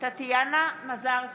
טטיאנה מזרסקי,